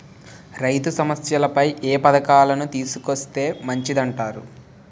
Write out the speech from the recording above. రైతు సమస్యలపై ఏ పథకాలను తీసుకొస్తే మంచిదంటారు?